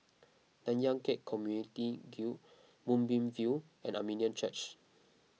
Nanyang Khek Community Guild Moonbeam View and Armenian Church